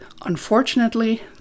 unfortunately